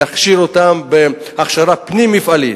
להכשיר אותם בהכשרה פנים-מפעלית,